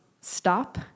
stop